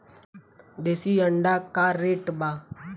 देशी अंडा का रेट बा?